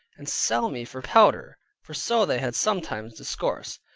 and sell me for powder for so they had sometimes discoursed.